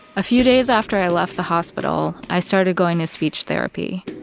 a few days after i left the hospital, i started going to speech therapy.